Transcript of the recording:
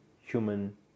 human